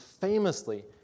famously